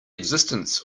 existence